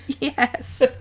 Yes